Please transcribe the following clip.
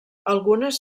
algunes